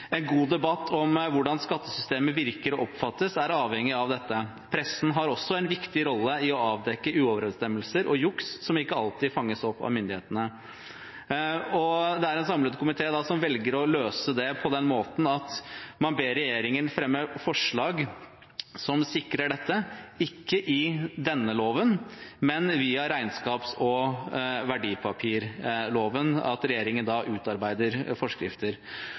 En god debatt om hvordan skattesystemet virker og oppfattes, er avhengig av dette. Pressen har også en viktig rolle i å avdekke uoverensstemmelser og juks, som ikke alltid fanges opp av myndighetene. Det er en samlet komité som velger å løse det på den måten at man ber regjeringen fremme forslag som sikrer at regjeringen utarbeider forskrifter, ikke i denne loven, men via regnskapsloven og